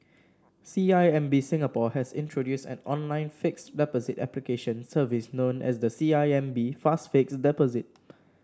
C I M B Singapore has introduced an online fixed deposit application service known as the C I M B Fast Fixed Deposit